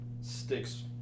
sticks